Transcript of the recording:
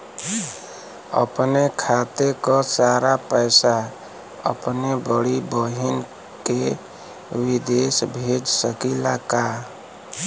अपने खाते क सारा पैसा अपने बड़ी बहिन के विदेश भेज सकीला का?